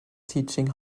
teaching